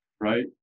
right